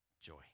joy